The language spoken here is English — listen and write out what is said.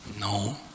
No